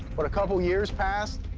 but a couple years pass,